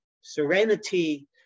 serenity